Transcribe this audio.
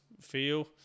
feel